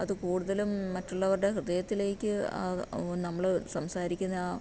അത് കൂടുതലും മറ്റുള്ളവരുടെ ഹൃദയത്തിലേക്ക് നമ്മൾ സംസാരിക്കുന്ന ആ